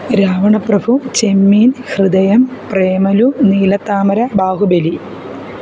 Ravanaprabhu Chemmeen Hridayam Premalu Neelathamara Baahubali